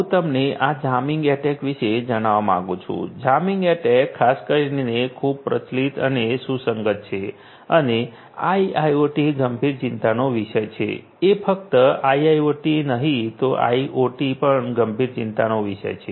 હું તમને આ જામિંગ એટેક વિશે જણાવવા માંગું છું જામિંગ એટેક ખાસ કરીને ખૂબ પ્રચલિત અને સુસંગત છે અને આઈઆઈઓટી ગંભીર ચિંતાનો વિષય છે એ ફક્ત આઈઆઈઓટી નહિ તો આઈઓટી પણ ગંભીર ચિંતાનો વિષય છે